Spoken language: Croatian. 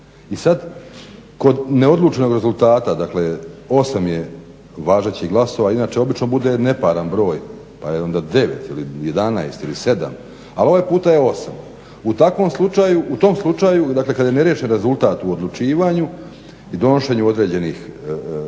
I sad kod neodlučenog rezultata, dakle 8 je važećih glasova, inače obično bude neparan broj pa je onda 9 ili 11 ili 7 ali ovaj puta je 8, u tom slučaju kad je neriješen rezultat u odlučivanju i donošenju određenih savjeta